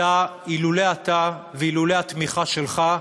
אילולא אתה ואילולא התמיכה שלך,